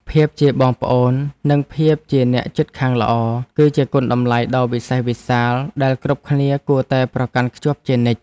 ភាពជាបងប្អូននិងភាពជាអ្នកជិតខាងល្អ គឺជាគុណតម្លៃដ៏វិសេសវិសាលដែលគ្រប់គ្នាគួរតែប្រកាន់ខ្ជាប់ជានិច្ច។